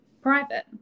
private